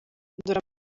dore